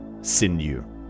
sinew